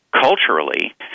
culturally